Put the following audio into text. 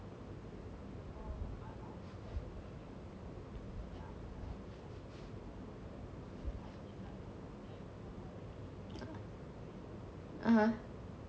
(uh huh)